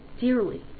dearly